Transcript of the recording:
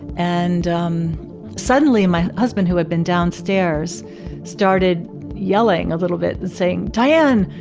and um suddenly my husband who had been downstairs started yelling a little bit saying, diane,